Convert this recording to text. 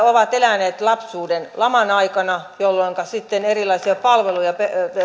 ovat eläneet lapsuuden laman aikana jolloinka sitten erilaisia palveluja